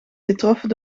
getroffen